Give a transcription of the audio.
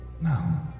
no